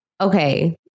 okay